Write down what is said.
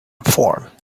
informed